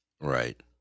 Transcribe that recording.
Right